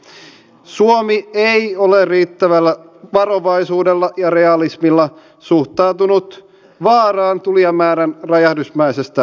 suomi ei ole riittävällä varovaisuudella ja realismilla suhtautunut vaaraan tulijamäärän räjähdysmäisestä kasvusta